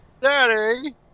Daddy